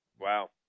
Wow